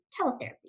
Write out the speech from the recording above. teletherapy